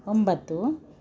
ಒಂಬತ್ತು